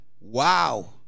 Wow